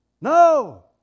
no